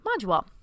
module